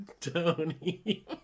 Tony